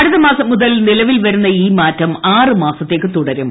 അടുത്ത മാസ്ം മുതൽ നിലവിൽ വരുന്ന ഈ മാറ്റം ആറ് മാസത്തേയ്ക്ക് തൂട്രും